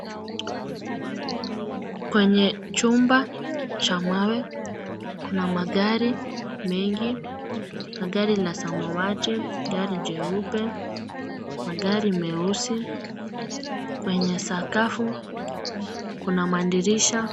Kwenye chumba cha mawe kuna gari mengi na gari ya samawadi na gari cheupe magari meusi kwenye sakafu kuna madirisha.